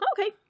Okay